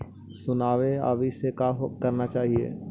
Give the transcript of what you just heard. Tsunami आने से का करना चाहिए?